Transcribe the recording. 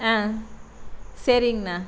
ஆ சரிங்ண்ணா